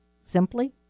simply